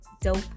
dope